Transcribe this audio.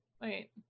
wait